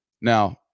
Now